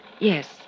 Yes